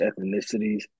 ethnicities